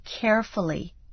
carefully